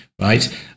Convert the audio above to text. right